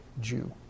Jew